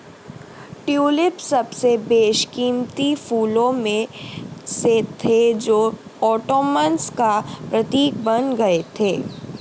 tulip सबसे बेशकीमती फूलों में से थे जो ओटोमन्स का प्रतीक बन गए थे